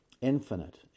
infinite